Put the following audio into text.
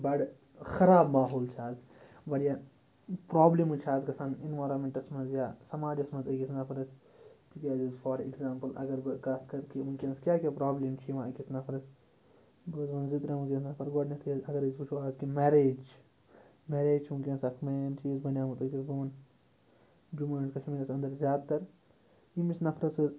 بَڑٕ خراب ماحول چھِ آز واریاہ پرٛابلِمٕز چھِ آز گژھان اِنوارامٮ۪نٛٹَس منٛز یا سماجَس منٛز أکِس نَفرَس تِکیٛازِ حظ فار اٮ۪کزامپٕل اگر بہٕ کَتھ کَرٕ کہِ وٕنۍکٮ۪نَس کیٛاہ کیٛاہ پرٛابلِم چھِ یِوان أکِس نَفرَس بہٕ حظ وَنہٕ زٕ ترٛےٚ وٕنۍکٮ۪نس گۄڈنٮ۪تھٕے حظ اگر أسۍ وٕچھو اَز کہِ مٮ۪ریج چھِ مٮ۪ریج چھُ وٕنۍکٮ۪نَس اَکھ مین چیٖز بَنیومُت أکِس گون جموں اینٛڈ کَشمیٖرَس اَندَر زیادٕ تَر ییٚمِس نَفرَس حظ